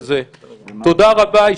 תודה רבה.